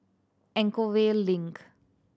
Anchorvale Link